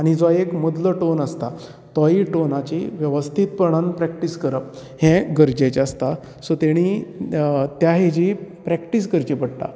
आनी जो एक मदलो टोन आसता तो ही टोनाची वेवस्थितपणान प्रेक्टीस करप हे गरजेचे आसता सो तेणी त्या हेजी प्रेक्टीस करची पडटा